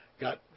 got